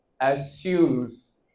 assumes